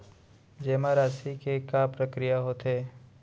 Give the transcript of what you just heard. जेमा राशि के का प्रक्रिया होथे?